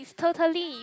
totally